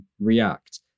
react